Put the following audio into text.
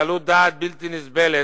קלות דעת בלתי נסבלת,